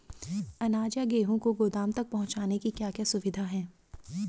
अनाज या गेहूँ को गोदाम तक पहुंचाने की क्या क्या सुविधा है?